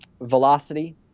velocity